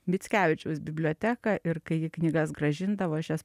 mickevičiaus biblioteką ir kai ji knygas grąžindavo aš jas